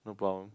no problem